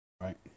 Right